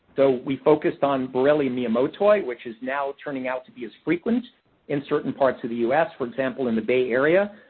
so, we focused on borrelia miyamotoi, which is now turning out to be as frequent in certain parts of the u s, for example, in the bay area.